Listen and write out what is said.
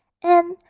and,